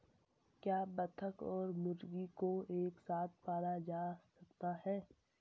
क्या बत्तख और मुर्गी को एक साथ पाला जा सकता है?